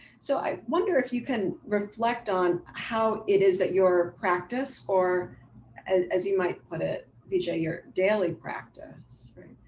so i wonder if you can reflect on how it is that your practice or and as you might put it vijay your daily practice, right?